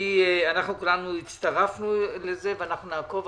אנחנו כולנו הצטרפנו לזה ואנחנו נעקוב.